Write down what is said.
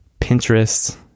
Pinterest